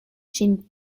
ŝin